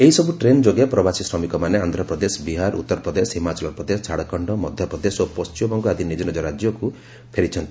ଏହିସବୁ ଟ୍ରେନ୍ ଯୋଗେ ପ୍ରବାସୀ ଶ୍ରମିକମାନେ ଆନ୍ଧ୍ରପ୍ରଦେଶ ବିହାର ଉତ୍ତରପ୍ରଦେଶ ହିମାଚଳ ପ୍ରଦେଶ ଝାଡ଼ଖଣ୍ଡ ମଧ୍ୟପ୍ରଦେଶ ଓ ପଣ୍ଢିମବଙ୍ଗ ଆଦି ନିଜ ନିଜ ରାଜ୍ୟକୁ ଫେରିଛନ୍ତି